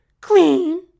Clean